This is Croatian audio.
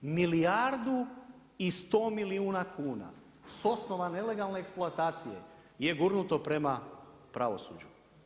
Milijardu i sto milijuna kuna s osnova nelegalne eksploatacije je gurnuto prema pravosuđu.